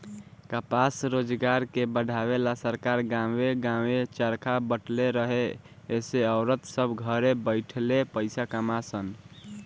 कपास रोजगार के बढ़ावे ला सरकार गांवे गांवे चरखा बटले रहे एसे औरत सभ घरे बैठले पईसा कमा सन